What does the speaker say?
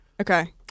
Okay